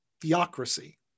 theocracy